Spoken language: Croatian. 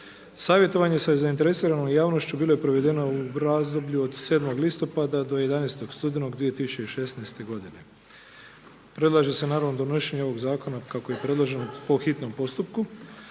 Savjetovanje sa zainteresiranom javnošću bilo je provedeno u razdoblju od 7. listopada do 11. studenog 2016. godine. Predlaže se naravno donošenje ovog zakona kako je predloženo po hitnom postupku.